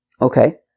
Okay